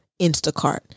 Instacart